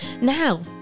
Now